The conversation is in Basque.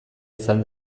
izan